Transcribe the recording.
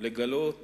לגלות